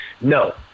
No